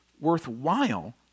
worthwhile